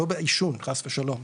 לא בעישון חס ושלום,